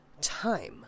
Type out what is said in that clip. time